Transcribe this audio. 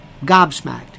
gobsmacked